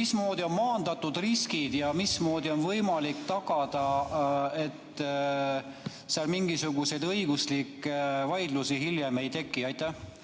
Mismoodi on maandatud riskid ja mismoodi on võimalik tagada, et seal mingisuguseid õiguslikke vaidlusi hiljem ei teki? Aitäh,